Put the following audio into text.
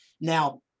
now